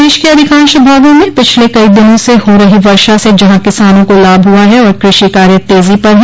प्रदेश के अधिकांश भागों में पिछले कई दिनों से हो रही वर्षा से जहां किसानों को लाभ हुआ है और कृषि कार्य तेजी पर हैं